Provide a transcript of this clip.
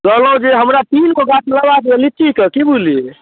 कहलहुँ जे हमरा तीनगो गाछ लेबाक यऽ लीचीके की बुझलियै